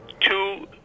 two